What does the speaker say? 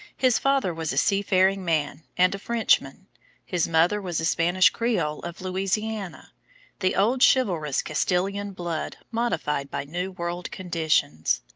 his father was a sea-faring man and a frenchman his mother was a spanish creole of louisiana the old chivalrous castilian blood modified by new world conditions.